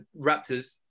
Raptors